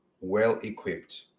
well-equipped